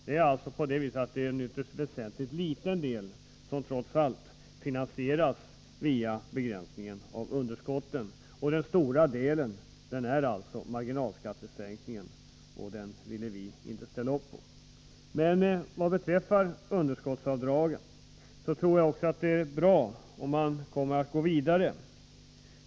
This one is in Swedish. Det är alltså en ytterst liten del som trots allt finansieras via begränsningen av underskottsavdragen. Den stora delen är marginalskattesänkningen — och den ville vi inte ställa oss bakom. Vad beträffar underskottsavdragen tror jag att det är bra om man går vidare.